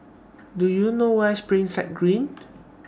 Do YOU know Where IS Springside Green